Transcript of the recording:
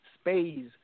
space